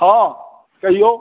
हॅं कहियौ